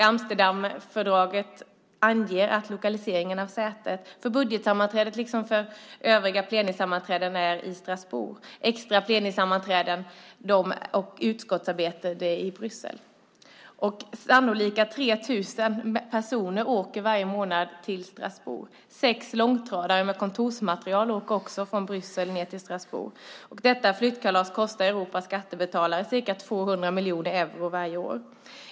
Amsterdamfördraget anger att lokaliseringen av sätet för budgetsammanträdet liksom för övriga plenisammanträden är i Strasbourg. Extra plenisammanträden och utskottsarbete är i Bryssel. Osannolika 3 000 personer åker varje månad till Strasbourg. Sex långtradare med kontorsmateriel åker också från Bryssel ned till Strasbourg. Detta flyttkalas kostar Europas skattebetalare ca 200 miljoner euro varje år.